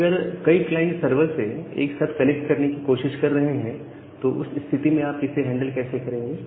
अगर कई client server से एक साथ कनेक्ट करने की कोशिश कर रहे हैं तो उस स्थिति में आप इसे कैसे हैंडल करेंगे